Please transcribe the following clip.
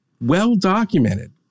well-documented